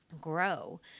grow